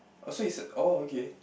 oh so it's oh okay